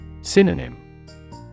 Synonym